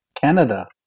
Canada